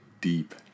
Deep